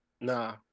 nah